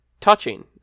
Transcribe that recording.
touching